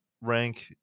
rank